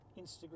Instagram